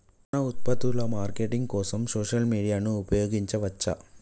మన ఉత్పత్తుల మార్కెటింగ్ కోసం సోషల్ మీడియాను ఉపయోగించవచ్చా?